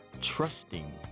trusting